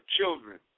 children